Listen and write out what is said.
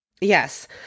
yes